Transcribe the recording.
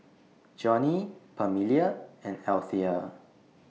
Johnny Pamelia and Althea